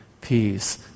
peace